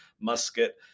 musket